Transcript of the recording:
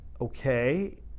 Okay